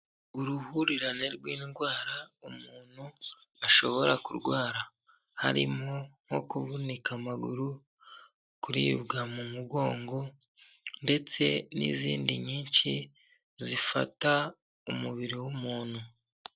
Uruhurirane rw'indwara umuntu ashobora kurwara, harimo nko kuvunika amaguru, kuribwa mu mugongo, ndetse n'izindi nyinshi zifata umubiri w'umuntu.